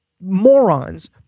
morons